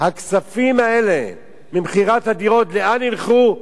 הכספים האלה, ממכירת הדירות, לאן ילכו?